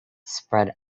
spread